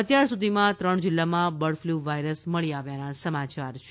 અત્યાર સુધીમાં ત્રણ જીલ્લામાં બર્ડફ્લૂ વાયરસ મળી આવ્યાના સમાચાર છે